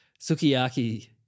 Sukiyaki